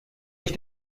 ich